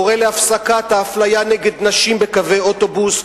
קורא להפסקת האפליה נגד נשים בקווי אוטובוס,